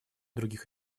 других